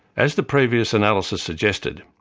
as the previous analysis suggested,